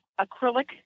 acrylic